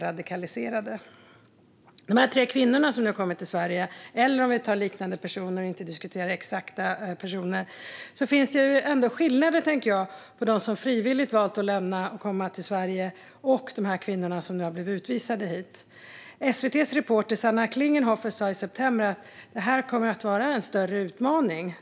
Vi har talat om de tre kvinnor som nu har kommit till Sverige. Vi kan också ta liknande fall i stället för att diskutera specifika personer. Jag tycker att det finns skillnader mellan personer som frivilligt valt att komma till Sverige och de kvinnor som nu har blivit utvisade hit. SVT:s reporter Sanna Klinghoffer sa i september att det här kommer att vara en större utmaning.